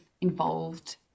involved